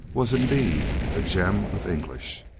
was indeed a gem of english